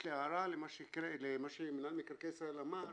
יש לי הערה למה שמנהל מקרקעי ישראל אמר,